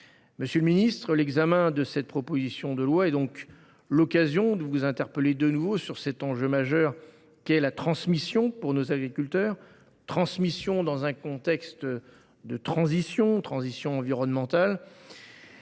Monsieur le ministre, l’examen de cette proposition de loi est donc l’occasion de vous interpeller de nouveau sur cet enjeu majeur qu’est la transmission pour nos agriculteurs, dans un contexte de transition environnementale.